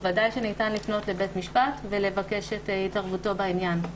בוודאי ניתן לפנות לבית המשפט ולבקש את התערבותו בעניין.